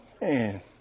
Man